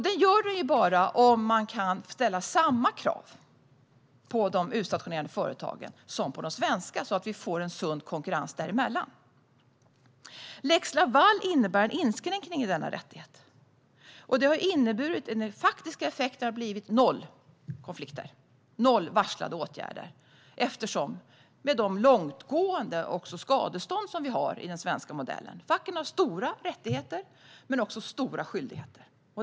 Det gör den bara om man kan ställa samma krav på företag med utstationerad arbetskraft som på de svenska så att vi får en sund konkurrens däremellan. Lex Laval innebär en inskränkning i denna rättighet. Den faktiska effekten har blivit noll konflikter och noll varslade åtgärder på grund av de långtgående skadestånd som vi har i den svenska modellen. Facken har stora rättigheter men också stora skyldigheter.